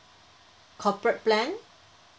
corporate plan